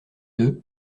deux